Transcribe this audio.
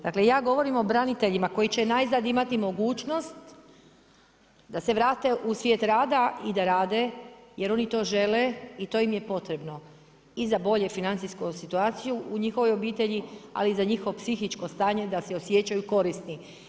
Dakle, ja govorim o braniteljima koji će najzad imati mogućnost da se vrate u svijet rada i da rade, jer oni to žele i to im je potrebno i za bolju financijsku situaciju u njihovoj obitelji, ali i za njihovo psihičko stanje, da se osjećaju korisni.